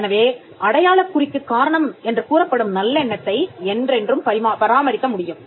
எனவே அடையாளக்குறிக்குக் காரணம் என்று கூறப்படும் நல்லெண்ணத்தை என்றென்றும் பராமரிக்க முடியும்